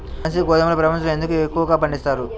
బన్సీ గోధుమను ప్రపంచంలో ఎందుకు ఎక్కువగా పండిస్తారు?